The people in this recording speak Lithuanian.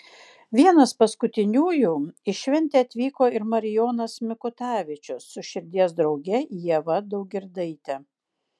vienas paskutiniųjų į šventę atvyko ir marijonas mikutavičius su širdies drauge ieva daugirdaite